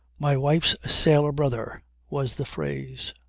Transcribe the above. my wife's sailor-brother was the phrase.